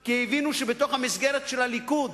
כי הבינו שבתוך המסגרת של הליכוד,